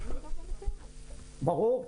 ברור.